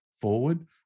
forward